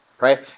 right